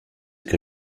que